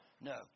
No